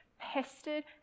pestered